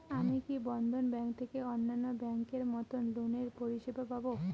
আমি কি বন্ধন ব্যাংক থেকে অন্যান্য ব্যাংক এর মতন লোনের পরিসেবা পাব?